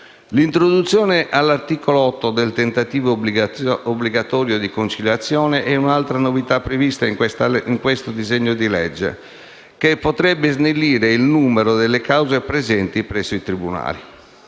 L'introduzione all'articolo 8 del tentativo obbligatorio di conciliazione è un'altra novità prevista nel disegno di legge, che potrebbe snellire il numero delle cause presenti presso i tribunali.